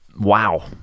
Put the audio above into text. wow